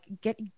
get